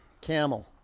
Camel